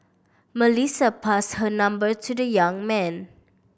Melissa passed her number to the young man